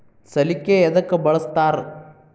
ಸಲಿಕೆ ಯದಕ್ ಬಳಸ್ತಾರ?